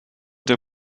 der